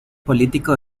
político